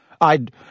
I'd